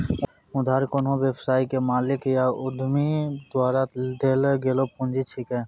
उधार कोन्हो व्यवसाय के मालिक या उद्यमी द्वारा देल गेलो पुंजी छिकै